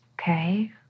Okay